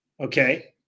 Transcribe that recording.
Okay